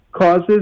causes